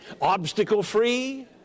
obstacle-free